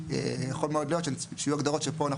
יכול מאוד להיות שיהיו הגדרות שפה אנחנו